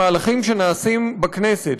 המהלכים שנעשים בכנסת,